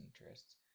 interests